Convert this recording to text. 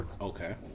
Okay